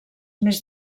més